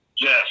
Yes